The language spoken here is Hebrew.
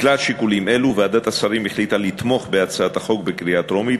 מכלל שיקולים אלו ועדת השרים החליטה לתמוך בהצעת החוק בקריאה טרומית,